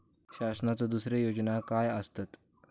शासनाचो दुसरे योजना काय आसतत?